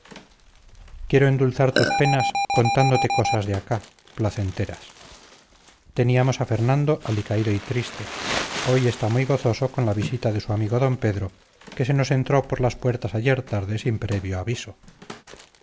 quiero endulzar tus penas contándote cosas de acá placenteras teníamos a fernando alicaído y triste hoy está muy gozoso con la visita de su amigo d pedro que se nos entró por las puertas ayer tarde sin previo aviso